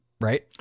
Right